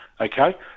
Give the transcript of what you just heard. okay